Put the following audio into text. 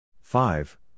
Five